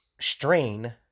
strain